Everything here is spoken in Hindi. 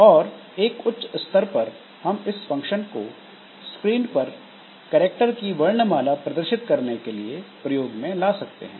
और एक उच्च स्तर पर हम इस फंक्शन को स्क्रीन पर करैक्टर की वर्णमाला प्रदर्शित करने के लिए प्रयोग में ला सकते हैं